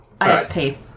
ISP